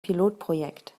pilotprojekt